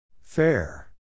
Fair